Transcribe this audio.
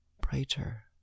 brighter